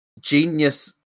genius